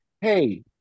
Hey